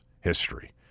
history